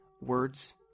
Words